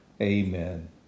amen